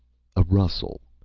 a rustle.